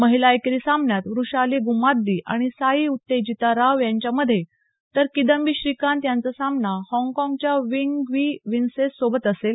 महिला एकेरी सामन्यात वृषाली गुम्मादी साईउत्तेजिता राव यांच्यामध्ये तर किदंबी श्रीकांत याचा सामनाहाँगकाँगच्या विंग की विनसेंस सोबत असेल